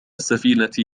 السفينة